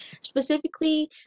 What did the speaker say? Specifically